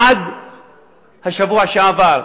עד השבוע שעבר,